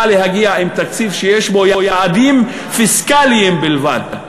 להגיע עם תקציב שיש בו יעדים פיסקליים בלבד,